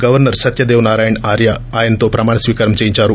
governor Satyadev Narayan Arya ఆయనతో ప్రమాణ స్వీకారం చేయించారు